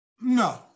No